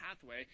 pathway